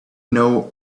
know